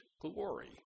glory